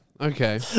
Okay